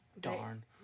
Darn